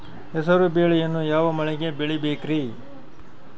ಹೆಸರುಬೇಳೆಯನ್ನು ಯಾವ ಮಳೆಗೆ ಬೆಳಿಬೇಕ್ರಿ?